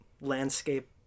landscape